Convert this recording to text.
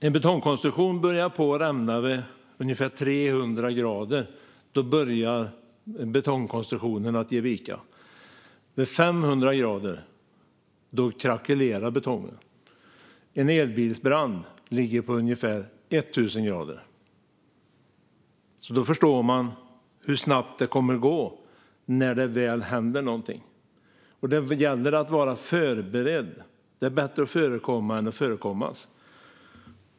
En betongkonstruktion börjar rämna vid ungefär 300 grader. Då börjar betongkonstruktionen ge vika, och vid 500 grader krackelerar betongen. En elbilsbrand ligger på ungefär 1 000 grader. Då förstår man hur snabbt det kommer att gå när det väl händer någonting. Det gäller att vara förberedd, för det är bättre att förekomma än att förekommas.